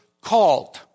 called